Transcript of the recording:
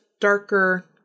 darker